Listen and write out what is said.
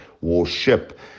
Warship